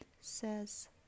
says